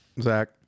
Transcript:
Zach